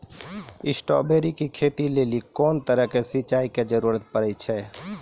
Strawberry के खेती लेली कोंन तरह के सिंचाई के जरूरी पड़े छै?